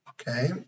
okay